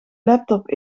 laptop